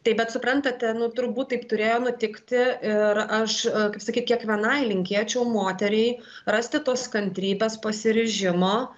tai bet suprantate nu turbūt taip turėjo nutikti ir aš kaip sakyt kiekvienai linkėčiau moteriai rasti tos kantrybės pasiryžimo